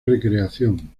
recreación